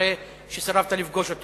אחרי שסירבת לפגוש אותו.